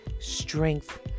strength